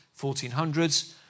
1400s